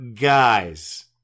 guys